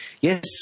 Yes